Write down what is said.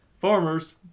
farmers